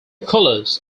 colours